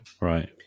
Right